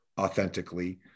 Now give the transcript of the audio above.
authentically